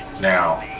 Now